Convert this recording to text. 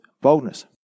boldness